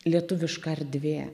lietuviška erdvė